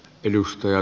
edustaja